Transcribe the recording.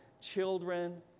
children